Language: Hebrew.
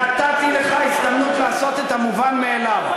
נתתי לך הזדמנות לעשות את המובן מאליו,